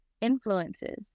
influences